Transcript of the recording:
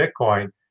Bitcoin